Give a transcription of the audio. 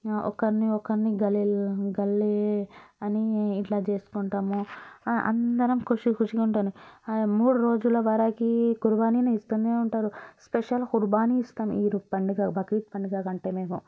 ఒకరిని ఒకరిని గలే గలే అని ఇట్లా చేసుకుంటాము అందరం ఖుషి ఖుషిగా ఉంటాను మూడు రోజుల వరకి కుర్బానీ ఇస్తు ఉంటారు స్పెషల్ కుర్బానీ ఇస్తాం ఈద్ పండుగ బక్రీద్ పండుగకు అంటే మేము